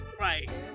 Right